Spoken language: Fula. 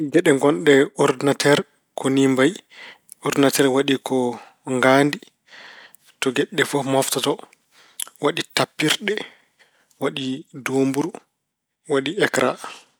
Geɗe ngonɗe e ordinateer ko ni mbayi. Ordinateer waɗi ko: ngaadi ( to geɗe fof mooftoto), waɗi tappirɗe, waɗi doomburu, waɗi ekra.